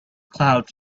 clouds